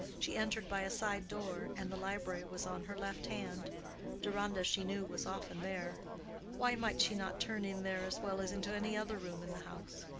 she entered by a side door, and the library was on her left hand deronda, she knew, was often there why might she not turn in there as well as into any other room in the house?